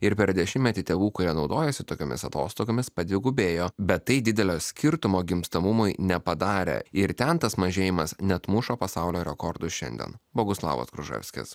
ir per dešimtmetį tėvų kurie naudojasi tokiomis atostogomis padvigubėjo bet tai didelio skirtumo gimstamumui nepadarė ir ten tas mažėjimas net muša pasaulio rekordus šiandien boguslavas gruževskis